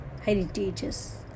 heritages